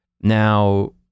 Now